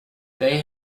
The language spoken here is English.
they